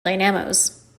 dynamos